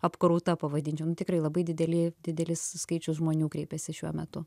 apkrauta pavadinčiau nu tikrai labai dideli didelis skaičius žmonių kreipiasi šiuo metu